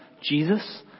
Jesus